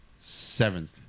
Seventh